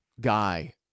guy